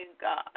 God